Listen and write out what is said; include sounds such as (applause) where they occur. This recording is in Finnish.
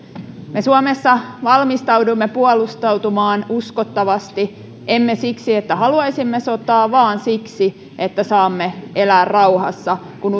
me suomessa valmistaudumme puolustautumaan uskottavasti emme siksi että haluaisimme sotaa vaan siksi että saamme elää rauhassa kun (unintelligible)